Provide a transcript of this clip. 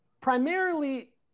primarily